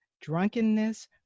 drunkenness